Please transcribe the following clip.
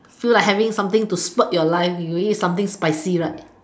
feel like having something to spurt your life you eat something spicy right